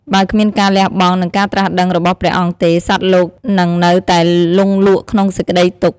បើគ្មានការលះបង់ និងការត្រាស់ដឹងរបស់ព្រះអង្គទេ សត្វលោកនឹងនៅតែលង់លក់ក្នុងសេចក្តីទុក្ខ។